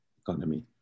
economy